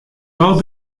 tal